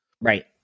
Right